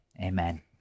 Amen